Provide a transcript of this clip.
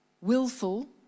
willful